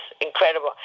incredible